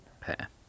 Pair